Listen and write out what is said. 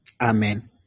Amen